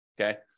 okay